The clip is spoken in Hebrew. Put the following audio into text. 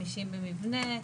50 במבנה,